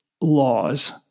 laws